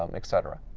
um et cetera.